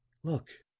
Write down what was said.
look,